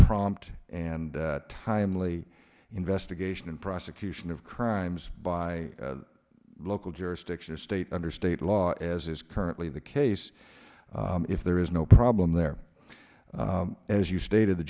prompt and timely investigation and prosecution of crimes by local jurisdictions state under state law as is currently the case if there is no problem there as you stated the